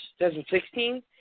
2016